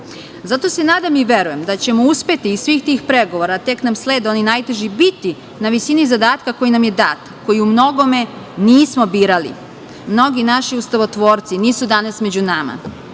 se nadam i verujem da ćemo uspeti iz svih tih pregovora, a tek nam slede oni najteži, biti na visini zadatka koji nam je dat, koji u mnogome nismo birali. Mnogi naši ustavotvorci nisu danas među nama.